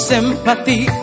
Sympathy